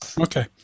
Okay